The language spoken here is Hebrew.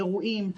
אירועים.